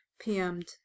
PM'd